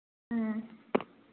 ꯎꯝ